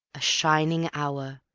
a shining hour,